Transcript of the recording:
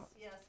Yes